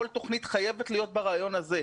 כל תוכנית חייבת להיות ברעיון הזה.